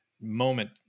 moment